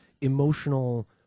emotional